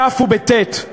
בתי"ו ובטי"ת